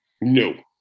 No